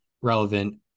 relevant